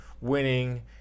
winning